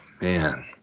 Man